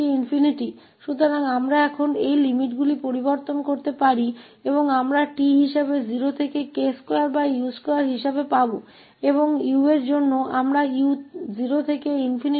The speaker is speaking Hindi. इसलिए अब हम इन सीमाओं को बदल सकते हैं और हमें t के लिए 0 से k2u2 मिलेगा और uu के लिए हमें 0 से ∞ मिलेगा